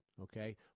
okay